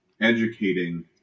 educating